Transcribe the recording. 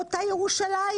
באותה ירושלים,